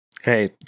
Hey